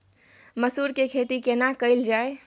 मसूर के खेती केना कैल जाय?